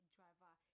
Driver